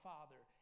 Father